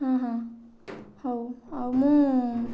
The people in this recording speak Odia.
ହଁ ହଁ ହଉ ଆଉ ମୁଁ